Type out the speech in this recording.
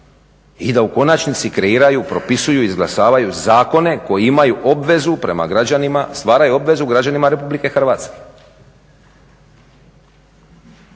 i da u konačnici kreiraju, propisuju i izglasavaju zakone koji imaju obvezu prema građanima, stvaraju obvezu građanima Republike Hrvatske.